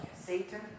Satan